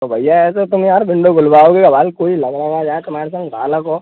तो भैया ऐसे तुम यार विंडो खुलवाओगे हमारे कोई लग ना जाए तुम्हारे संग बालक हो